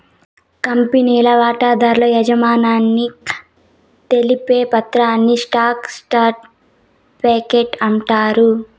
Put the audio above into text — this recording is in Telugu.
కంపెనీల వాటాదారుల యాజమాన్యాన్ని తెలిపే పత్రాని స్టాక్ సర్టిఫీకేట్ అంటాండారు